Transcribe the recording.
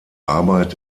arbeit